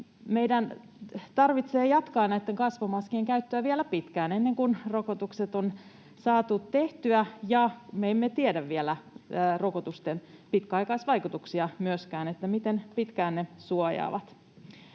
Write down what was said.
Meidän tarvitsee jatkaa näitten kasvomaskien käyttöä vielä pitkään ennen kuin rokotukset on saatu tehtyä, ja me emme tiedä vielä myöskään rokotusten pitkäaikaisvaikutuksia, miten pitkään ne suojaavat.